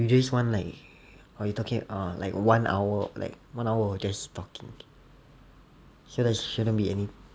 you just want like orh you talking orh like one hour like one hour of just talking so there shouldn't be any